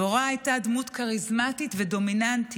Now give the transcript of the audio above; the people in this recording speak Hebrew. דבורה הייתה דמות כריזמטית ודומיננטית,